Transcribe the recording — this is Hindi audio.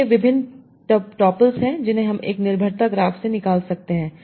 तो ये विभिन्न टोप्प्लस हैं जिन्हें हम एक निर्भरता ग्राफ से निकाल सकते हैं